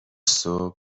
صبح